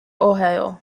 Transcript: ohio